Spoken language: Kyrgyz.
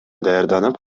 даярданып